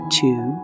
two